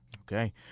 Okay